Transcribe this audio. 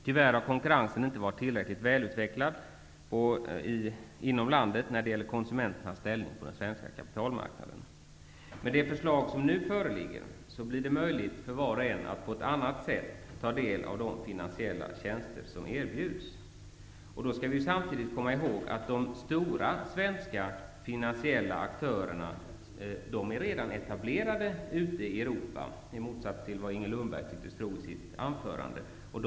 Tyvärr har konkurrensen inte varit tillräckligt välutvecklad inom landet när det gäller konsumenternas ställning på den svenska kapitalmarknaden. Med det förslag som nu föreligger, blir det möjligt för var och en att på ett annat sätt ta del av de finansiella tjänster som erbjuds. Vi skall då samtidigt komma ihåg att de stora svenska finansiella aktörerna redan är etablerade ute i Europa, i motsatts till vad Inger Lundberg i sitt anförande tycktes tro.